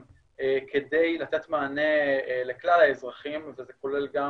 כדי לתת מענה לכלל האזרחים וזה כולל גם